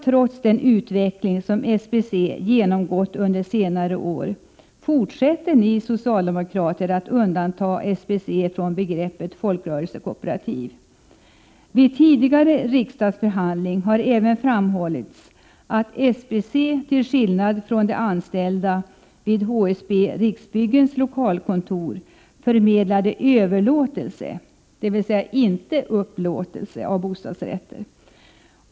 Trots den utveckling som SBC genomgått under senare år fortsätter ni socialdemokrater att undanta SBC från begreppet folkrörelsekooperativ. Vid tidigare riksdagsbehandling har även framhållits att de anställda vid SBC till skillnad från de anställda vid HSB/Riksbyggens lokalkontor förmedlade överlåtelse — dvs. inte upplåtelse — av bostadsrätter.